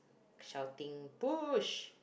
shouting push